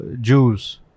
Jews